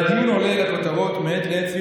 והדיון עולה לכותרות מעת לעת סביב